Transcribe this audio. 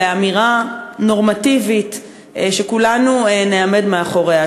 לאמירה נורמטיבית שכולנו נעמוד מאחוריה,